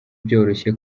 byoroshye